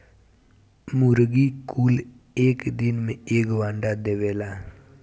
मुर्गी कुल एक दिन में एगो अंडा देवेला